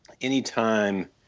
anytime